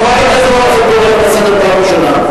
חברת הכנסת זוארץ, אני קורא אותך לסדר פעם ראשונה.